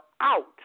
out